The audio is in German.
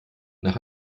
nach